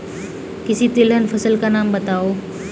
किसी तिलहन फसल का नाम बताओ